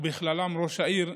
ובכללם ראש העירייה,